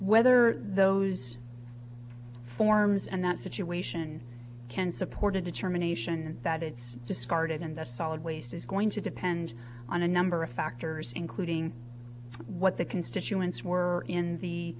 whether those forms and that situation can support a determination that it's discarded and that solid waste is going to depend on a number of factors including what the constituents were in the